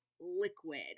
liquid